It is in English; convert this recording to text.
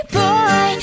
boy